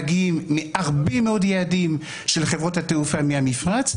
מגיעים מהרבה מאוד יעדים של חברות התעופה מהמפרץ,